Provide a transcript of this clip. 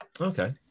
Okay